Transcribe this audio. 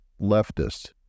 leftists